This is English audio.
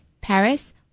Paris